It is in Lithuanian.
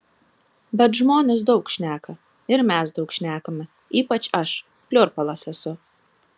bet žmonės daug šneka ir mes daug šnekame ypač aš pliurpalas esu